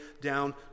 down